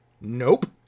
nope